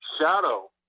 shadow